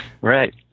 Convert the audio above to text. right